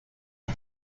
die